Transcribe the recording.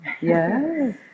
Yes